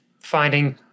finding